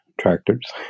tractors